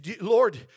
Lord